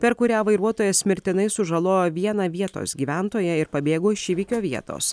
per kurią vairuotojas mirtinai sužalojo vieną vietos gyventoją ir pabėgo iš įvykio vietos